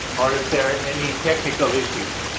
or if there are any technical issues.